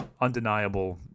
undeniable